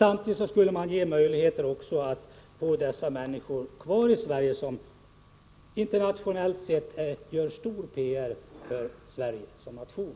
Samtidigt skulle man göra det möjligt att ha människor kvar i vårt land som internationellt sett gör stor PR för Sverige som nation.